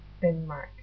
Denmark